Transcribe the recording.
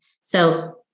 So-